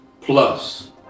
plus